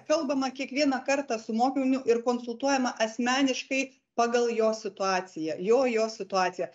kalbama kiekvieną kartą su mokiniu ir konsultuojama asmeniškai pagal jo situaciją jo jo situaciją